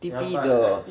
T_P the